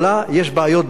יש בעיות בלוב,